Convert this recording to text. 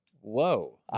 Whoa